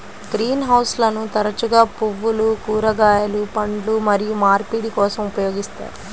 green హౌస్లను తరచుగా పువ్వులు, కూరగాయలు, పండ్లు మరియు మార్పిడి కోసం ఉపయోగిస్తారు